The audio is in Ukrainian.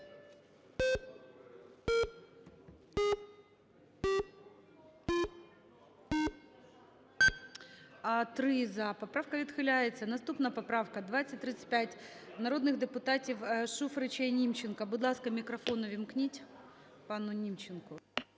За-3 Поправка відхиляється. Наступна поправка – 2035, народних депутатів Шуфрича і Німченка. Будь ласка, мікрофон увімкніть пану Німченку.